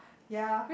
ya